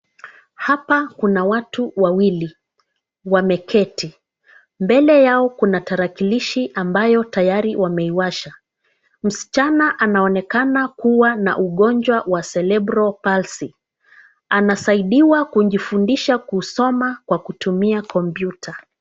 Hapa kuna watu wawili, wameketi. Mbele yao kuna tarakilishi ambayo tayari wameiwasha. Msichana anaonekana kuwa na ugonjwa wa celebral palsy . Anasaidiwa kujifundisha kusoma kwa kutumia kompyuta.